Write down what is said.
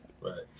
Right